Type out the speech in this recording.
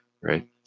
right